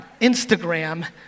Instagram